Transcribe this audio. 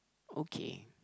okay